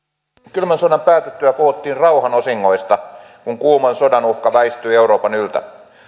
kylmän sodan päätyttyä puhuttiin rauhan osingoista kun kuuman sodan uhka väistyi euroopan yltä